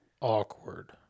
awkward